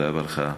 תודה רבה לך.